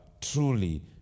truly